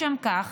לשם כך,